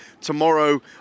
Tomorrow